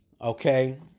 Okay